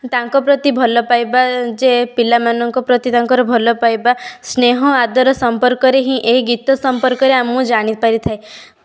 ତାଙ୍କ ପ୍ରତି ଭଲ ପାଇବା ଯେ ପିଲାମାନଙ୍କ ପ୍ରତି ତାଙ୍କର ଭଲ ପାଇବା ସ୍ନେହ ଆଦର ସମ୍ପର୍କରେ ହିଁ ଏଇ ଗୀତ ସମ୍ପର୍କରେ ମୁଁ ଜାଣି ପାରି ଥାଏ